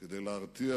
כדי להרתיע